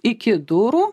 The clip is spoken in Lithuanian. iki durų